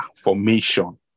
formation